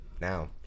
now